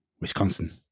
Wisconsin